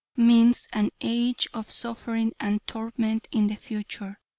means an age of suffering and torment in the future.